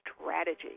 strategy